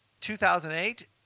2008